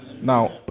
Now